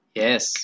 yes